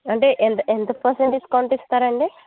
అంటే ఎంత ఎంత పర్సంట్ డిస్కౌంట్ ఇస్తారు అండి